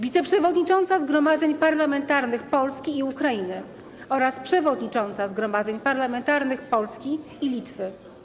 Wiceprzewodnicząca zgromadzeń parlamentarnych Polski i Ukrainy oraz przewodnicząca zgromadzeń parlamentarnych Polski i Litwy.